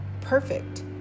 perfect